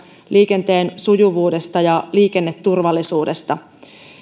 liikenteen sujuvuudesta ja liikenneturvallisuudesta